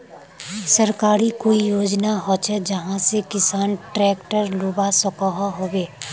सरकारी कोई योजना होचे जहा से किसान ट्रैक्टर लुबा सकोहो होबे?